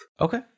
Okay